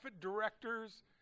directors